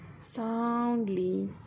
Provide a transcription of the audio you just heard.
soundly